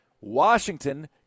Washington